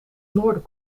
noorden